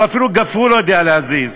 הוא אפילו גפרור לא יודע להזיז,